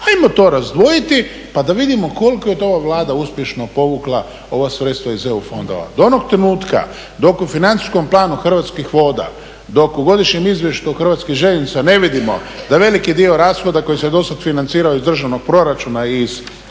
Hajmo to razdvojiti, pa da vidimo koliko je to ova Vlada uspješno povukla ova sredstva iz EU fondova. Do onog trenutka dok u Financijskom planu Hrvatskih voda, dok u Godišnjem izvješću Hrvatskih željeznica ne vidimo da veliki dio rashoda koji se do sad financirao iz državnog proračuna i iz prihoda